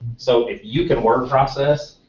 so if you can word process,